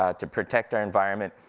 ah to protect our environment,